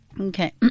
Okay